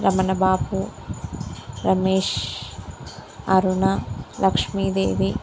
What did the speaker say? Ramana Babu Ramesh Aruna Lakshmidevi